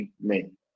men